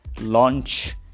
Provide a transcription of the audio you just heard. launch